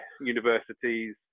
universities